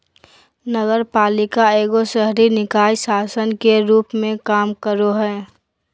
नगरपालिका एगो शहरी निकाय शासन के रूप मे काम करो हय